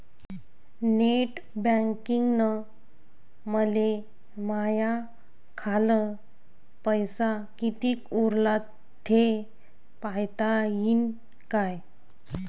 Net बँकिंगनं मले माह्या खाल्ल पैसा कितीक उरला थे पायता यीन काय?